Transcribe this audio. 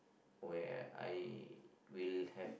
where I will have